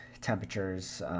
temperatures